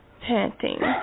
Panting